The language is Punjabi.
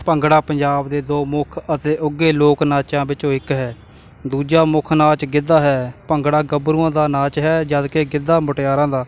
ਭੰਗੜਾ ਪੰਜਾਬ ਦੇ ਦੋ ਮੁੱਖ ਅਤੇ ਉੱਘੇ ਲੋਕ ਨਾਚਾਂ ਵਿੱਚੋਂ ਇੱਕ ਹੈ ਦੂਜਾ ਮੁੱਖ ਨਾਚ ਗਿੱਧਾ ਹੈ ਭੰਗੜਾ ਗੱਭਰੂਆਂ ਦਾ ਨਾਚ ਹੈ ਜਦਕਿ ਗਿੱਧਾ ਮੁਟਿਆਰਾਂ ਦਾ